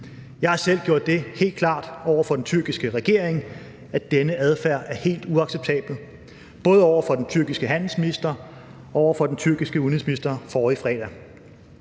Jeg har selv gjort det helt klart over for den tyrkiske regering, at denne adfærd er helt uacceptabel, både over for den tyrkiske handelsminister og over for den tyrkiske udenrigsminister, forrige fredag.